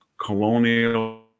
colonial